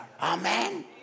Amen